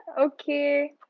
okay